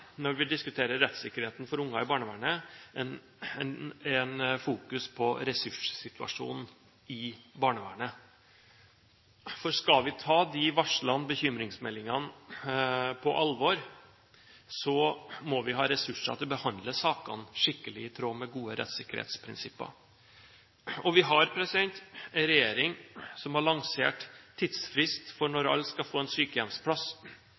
når vi diskuterer rettssikkerheten for unger i barnevernet, et fokus på ressurssituasjonen i barnevernet. Skal vi ta de varslene og bekymringsmeldingene på alvor, må vi ha ressurser til å behandle sakene skikkelig, i tråd med rettssikkerhetsprinsippene. Vi har en regjering som har lansert frist for når alle skal få en sykehjemsplass,